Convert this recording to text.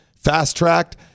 fast-tracked